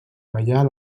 ballar